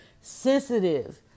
sensitive